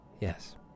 Yes